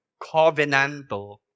covenantal